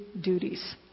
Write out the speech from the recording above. duties